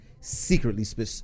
secretly